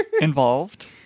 involved